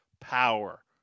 power